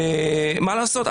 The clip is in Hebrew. מה לעשות,